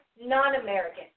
non-American